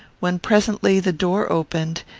when presently the door opened,